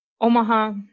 Omaha